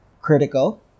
critical